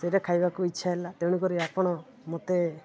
ସେଇଟା ଖାଇବାକୁ ଇଚ୍ଛା ହେଲା ତେଣୁକରି ଆପଣ ମୋତେ